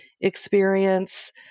experience